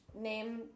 name